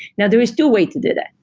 now there is two way to do that.